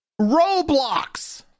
Roblox